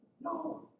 No